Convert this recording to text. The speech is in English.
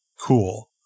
cool